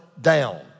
down